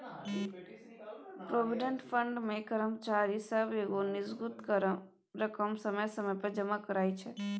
provident fund मे कर्मचारी सब एगो निजगुत रकम समय समय पर जमा करइ छै